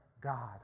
God